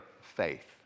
faith